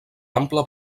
ampla